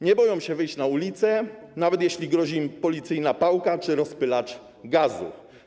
Nie boją się wyjść na ulice, nawet jeśli grozi im policyjna pałka czy rozpylacz gazu.